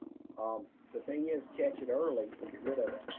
um the thing is catch it early and get rid of it.